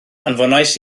anfonais